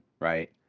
right